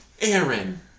Aaron